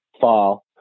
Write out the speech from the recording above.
fall